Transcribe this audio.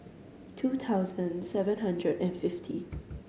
two thousand seven hundred and fifty